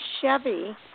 Chevy